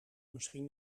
misschien